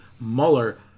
Mueller